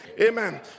Amen